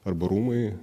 arba rūmai